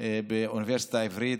באוניברסיטה העברית,